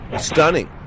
Stunning